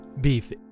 Beef